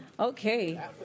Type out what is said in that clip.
Okay